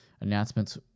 announcements